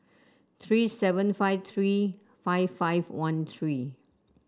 three seven five three five five one three